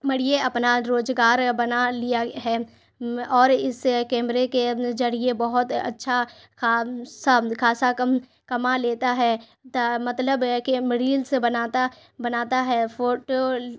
مڑیے اپنا روزگار بنا لیا ہے اور اس کیمرے کے ذریعے بہت اچھا خاصا کما لیتا ہے مطلب کہ ریلس بناتا بناتا ہے فوٹو